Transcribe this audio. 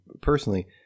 personally